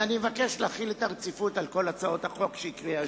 אני מבקש להחיל את הרציפות על כל הצעות החוק שהקריא היושב-ראש.